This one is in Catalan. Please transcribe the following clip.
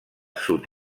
sud